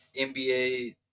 NBA